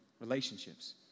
relationships